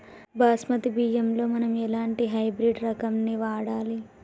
బాస్మతి బియ్యంలో మనం ఎలాంటి హైబ్రిడ్ రకం ని వాడాలి?